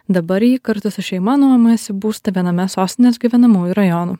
dabar ji kartu su šeima nuomojasi būstą viename sostinės gyvenamųjų rajonų